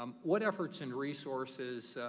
what efforts and resources